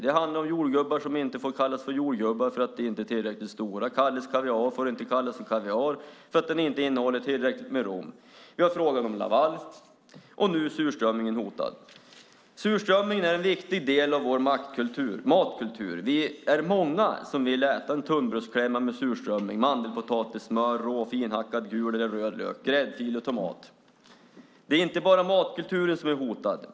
Det handlar om jordgubbar som inte får kallas för jordgubbar eftersom de inte är tillräckligt stora. Kalles kaviar får inte kallas för kaviar eftersom den inte innehåller tillräckligt med rom. Vi har frågan om Laval, och nu är surströmmingen hotad. Surströmmingen är en viktig del av vår matkultur. Vi är många som vill äta en tunnbrödsklämma med surströmming, mandelpotatis, smör, rå finhackad gul eller röd lök, gräddfil och tomat. Det är inte bara matkulturen som är hotad.